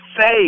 say